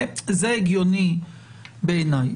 זה הגיוני בעיניי.